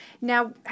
Now